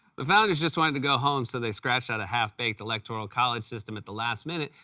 the founders just wanted to go home, so they scratched out a half-baked electoral college system at the last minute,